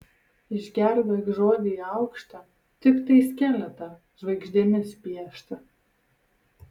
išgelbėk žodį aukštą tiktai skeletą žvaigždėmis pieštą